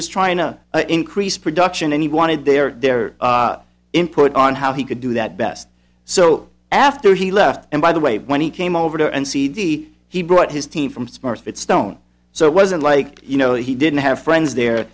was trying to increase production and he wanted their input on how he could do that best so after he left and by the way when he came over and cd he brought his team from smurfit stone so it wasn't like you know he didn't have friends there